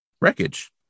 wreckage